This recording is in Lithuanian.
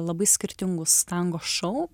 labai skirtingus tango šou